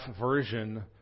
version